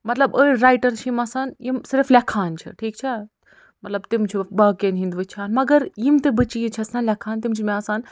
مطلب أڑۍ رایٹر چھِ یِم آسان یِم صِرف لٮ۪کھان چھِ ٹھیٖک چھا مطلب تِم چھِ باقین ہِنٛدۍ وٕچھان مگر یِم تہِ بہٕ چیٖز چھَس نَہ لٮ۪کھان تِم چھِ مےٚ آسان